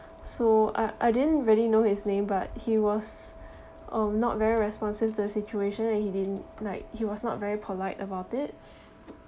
so I I didn't really know his name but he was um not very responsive the situation and he didn't like he was not very polite about it